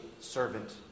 servant